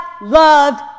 loved